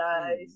guys